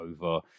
over